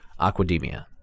Aquademia